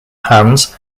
hands